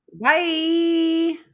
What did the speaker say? Bye